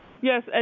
Yes